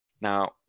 now